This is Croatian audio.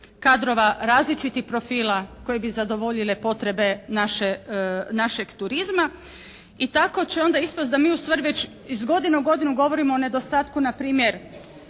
kadrova različitih profila koji bi zadovoljili potrebe našeg turizma i tako će onda ispasti da mi ustvari već iz godine u godinu govorimo o nedostatku na primjer